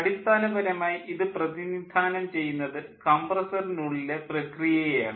അടിസ്ഥാനപരമായി ഇത് പ്രതിനിധാനം ചെയ്യുന്നത് കംപ്രസ്സറിനുള്ളിലെ പ്രക്രിയയെ ആണ്